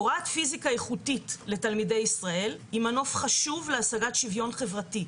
הוראת פיזיקה איכותית לתלמידי ישראל היא מנוף חשוב להשגת שוויון חברתי,